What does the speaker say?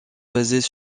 basés